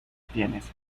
tienes